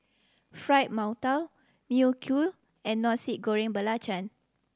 Fried Mantou Mui Kee and Nasi Goreng Belacan